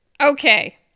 Okay